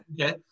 Okay